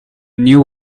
knew